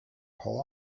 pull